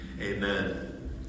Amen